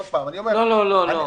לא, לא, לא.